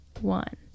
one